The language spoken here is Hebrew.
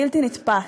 בלתי נתפס.